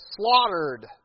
slaughtered